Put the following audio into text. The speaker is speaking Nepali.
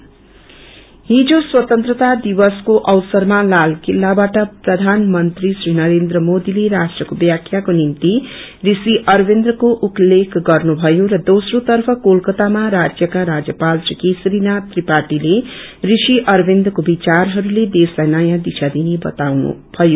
अरविन्दो हिजो स्वतन्त्रता दिवको अवसरमा लाल किल्लाबाट प्रधानमंत्री श्री नरेन्द्र मोदीले राष्ट्रको व्याखाको निम्ति ऋषि अरविन्दको उल्लेख गर्नुभयो र शोस्नो तर्फ कोलकत्तामा राज्यका राजयपाल श्री केशरी नागि त्रिपाठीले ऋषि अरविन्दको विचारहरूको देशलाई नयौं दिशा दिने क्ताउनु ीयो